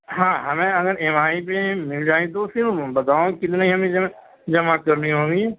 ہاں ہمیں اگر ای ایم آئی پہ مل جائے تو پھر بتاؤ كتنے ہمیں جمع كرنی ہوگی